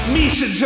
Misha